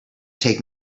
take